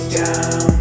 down